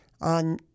on